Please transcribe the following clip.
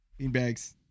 Beanbags